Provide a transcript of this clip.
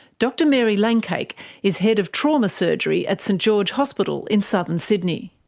dr mary langcake is head of trauma surgery at st george hospital in southern sydney.